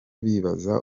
bibaza